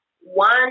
One